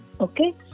Okay